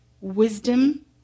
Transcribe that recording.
wisdom